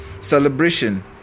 celebration